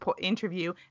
interview